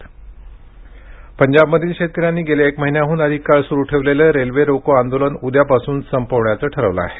पंजाब शेतकरी पंजाबमधील शेतकऱ्यांनी गेले एक महिन्याहून अधिक काळ सुरु ठेवलेलं रेल्वे रोको आंदोलन उद्यापासून संपविण्याचं ठरवलं आहे